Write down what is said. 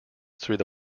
through